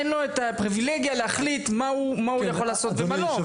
אין לו את הפריבילגיה להחליט מה הוא יכול לעשות ומה לא.